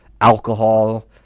alcohol